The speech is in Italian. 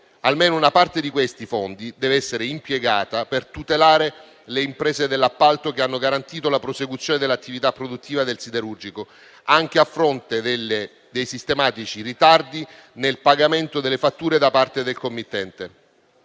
Almeno una parte di questi fondi deve essere impiegata per tutelare le imprese dell'appalto che hanno garantito la prosecuzione dell'attività produttiva del siderurgico, anche a fronte dei sistematici ritardi nel pagamento delle fatture da parte del committente.